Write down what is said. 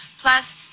Plus